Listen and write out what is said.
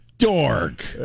dork